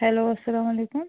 hello اَلسَلامُ علیکُم